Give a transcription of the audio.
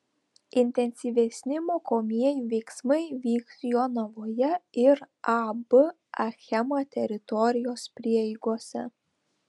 intensyvesni mokomieji veiksmai vyks jonavoje ir ab achema teritorijos prieigose